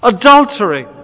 Adultery